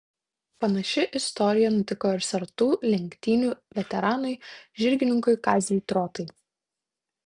panaši istorija nutiko ir sartų lenktynių veteranui žirgininkui kaziui trotai